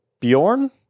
Bjorn